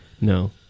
No